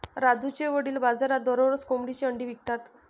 राजूचे वडील बाजारात दररोज कोंबडीची अंडी विकतात